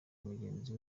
mugenzi